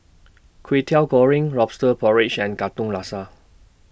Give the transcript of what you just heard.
Kwetiau Goreng Lobster Porridge and Katong Laksa